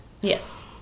Yes